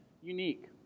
unique